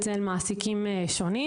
אצל מעסיקים שונים.